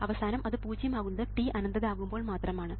അവസാനം അത് പൂജ്യം ആകുന്നത് t അനന്തത എത്തുമ്പോൾ മാത്രം ആണ്